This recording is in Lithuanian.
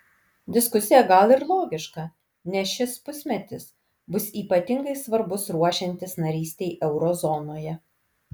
diskusija gal ir logiška nes šis pusmetis bus ypatingai svarbus ruošiantis narystei euro zonoje